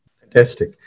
Fantastic